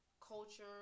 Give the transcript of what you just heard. culture